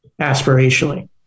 aspirationally